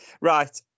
Right